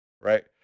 right